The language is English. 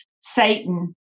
Satan